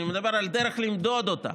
אני מדבר על דרך למדוד אותה.